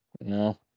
no